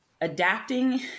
adapting